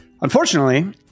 Unfortunately